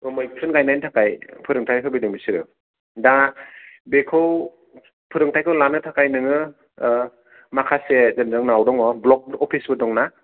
मैखुन गायनायनि थाखाय फेरोंथाय होफैदों बिसोर दा बेखौ फोरोंथाय खौ लानो थाखाय नोङो माखासे जोंनाव दङ ब्लक अफिस फोर दङ ना